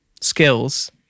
skills